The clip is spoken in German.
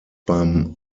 beim